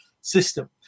system